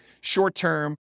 short-term